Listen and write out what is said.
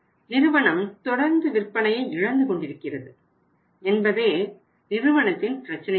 நிறுவனம் தொடர்ந்து விற்பனையை இழந்து கொண்டிருக்கின்றது என்பதே நிறுவனத்தின் பிரச்சினையாகும்